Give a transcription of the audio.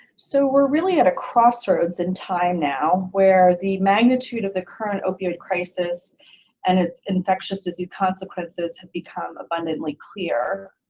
so we're really at a crossroads in time now, where the magnitude of the current opioid crisis and its infectious disease consequences have become abundantly clear,